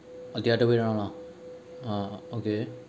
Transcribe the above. the other way around lah ah okay